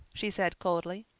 she said coldly,